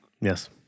Yes